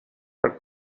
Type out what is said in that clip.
her